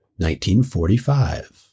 1945